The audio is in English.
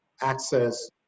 access